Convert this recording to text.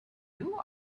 you